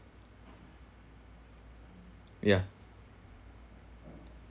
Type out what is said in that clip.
ya